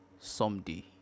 someday